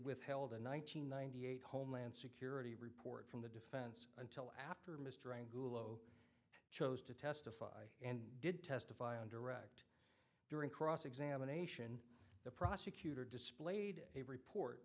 withheld in one nine hundred ninety eight homeland security report from the defense until after mr anglo chose to testify and did testify on direct during cross examination the prosecutor displayed a report